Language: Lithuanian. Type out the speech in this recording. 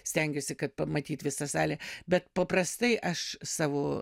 stengiuosi kad pamatyt visa salę bet paprastai aš savo